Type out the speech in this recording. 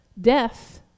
Death